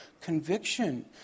conviction